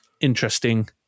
interesting